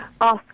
ask